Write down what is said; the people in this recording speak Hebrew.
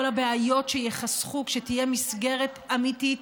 כל הבעיות שייחסכו כשתהיה מסגרת אמיתית,